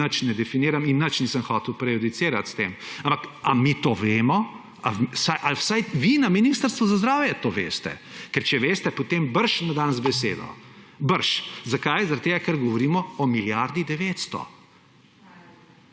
nič ne definiram in nič nisem hotel prejudicirati s tem. Ampak ali mi to vemo? Ali vsaj vi na Ministrstvu za zdravje to veste? Ker če veste, potem brž na dan z besedo, brž. Zakaj? Ker govorimo o milijardi 900.